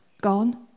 gone